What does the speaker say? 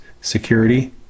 security